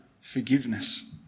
forgiveness